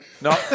No